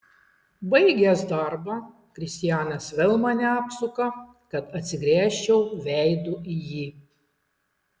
baigęs darbą kristianas vėl mane apsuka kad atsigręžčiau veidu į jį